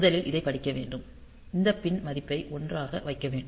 முதலில் இதைப் படிக்க வேண்டும் இந்த பின் மதிப்பை 1 ஆக வைக்க வேண்டும்